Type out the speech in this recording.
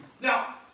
Now